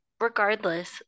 regardless